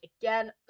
again